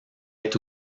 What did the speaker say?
est